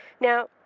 Now